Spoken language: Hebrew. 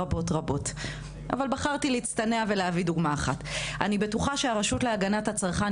ואני מזכירה שיש גם מוצרים שנקראים